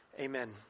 Amen